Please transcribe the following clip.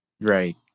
Right